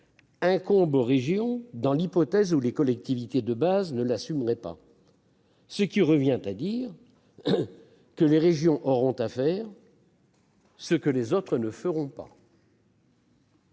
incombe aux régions dans l'hypothèse où les collectivités de base ne l'assumeraient pas. Cela revient à dire que les régions auront à faire tout ce que les autres ne font pas.